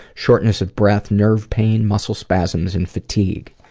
shortness of breath, nerve pain, muscle spasms and fatigue.